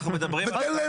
כיוון,